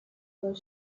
were